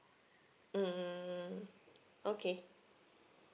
mm okay